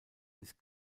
ist